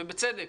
ובצדק,